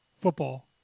football